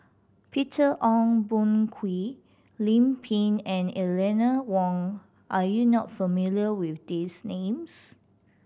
Peter Ong Boon Kwee Lim Pin and Eleanor Wong are you not familiar with these names